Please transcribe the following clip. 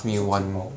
为什么这样好